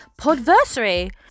podversary